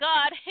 God